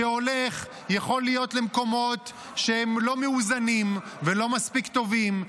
שיכול להיות שהולך למקומות שהם לא מאוזנים ולא מספיק טובים,